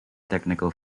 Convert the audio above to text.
technical